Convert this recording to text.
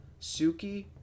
Suki